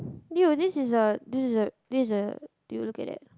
!eww! this is a this is a this is a did you look at that